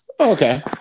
okay